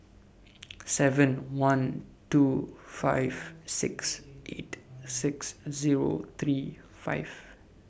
seven one two five six eight six Zero three five